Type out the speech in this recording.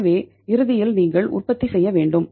எனவே இறுதியில் நீங்கள் உற்பத்தி செய்ய வேண்டும்